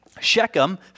Shechem